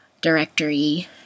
directory